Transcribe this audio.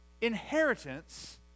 Inheritance